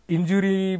Injury